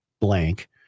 blank